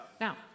Now